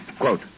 quote